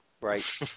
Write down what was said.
Right